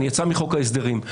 הוא יצא מחוק ההסדרים.